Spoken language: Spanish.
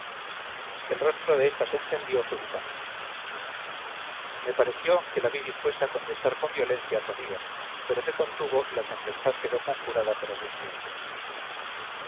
el rostro de ésta se encendió súbitamente me pareció que la vi dispuesta a contestar con violencia a su amiga pero se contuvo y la tempestad quedó conjurada por algún tiempo